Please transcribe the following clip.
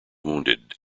wounded